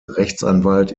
rechtsanwalt